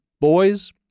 Boys